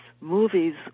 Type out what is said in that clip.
movies